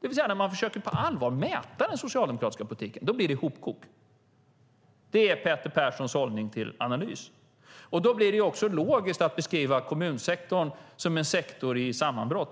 det vill säga att när man på allvar försöker mäta den socialdemokratiska politiken, då blir det hopkok. Det är Peter Perssons hållning till analys. Då blir det också logiskt att beskriva kommunsektorn som en sektor i sammanbrott.